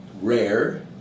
rare